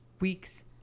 Weeks